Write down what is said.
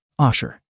Osher